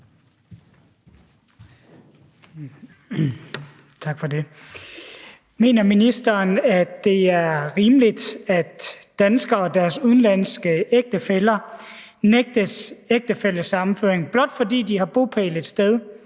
(RV): Mener ministeren, at det er rimeligt, at danskere og deres udenlandske ægtefæller nægtes ægtefællesammenføring, blot fordi de har bopæl et sted,